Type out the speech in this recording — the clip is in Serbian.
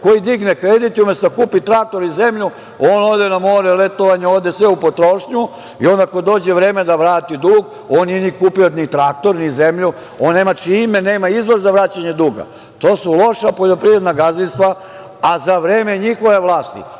koji digne kredit i, umesto da kupi traktor i zemlju, on ode na more, letovanje, ode sve u potrošnju i onda, kada dođe vreme da vrati dug, on nije kupio ni traktor, ni zemlju, on nema čime. Nema izvoz za vraćanje duga. To su loša poljoprivredna gazdinstva, a za vreme njihove vlasti